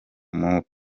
umudari